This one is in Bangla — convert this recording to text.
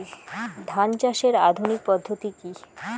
ধান চাষের আধুনিক পদ্ধতি কি?